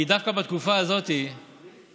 כי דווקא בתקופה הזאת עם